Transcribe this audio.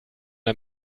der